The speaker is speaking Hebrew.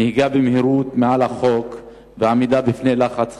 נהיגה במהירות מעל החוק ועמידה בפני לחץ חברתי.